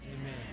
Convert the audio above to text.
Amen